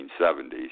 1970s